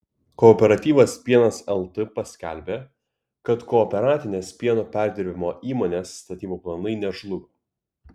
kooperatyvas pienas lt paskelbė kad kooperatinės pieno perdirbimo įmonės statybų planai nežlugo